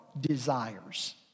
desires